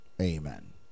Amen